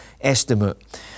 estimate